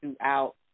throughout